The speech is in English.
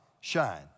Shine